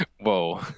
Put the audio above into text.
Whoa